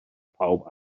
pawb